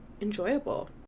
enjoyable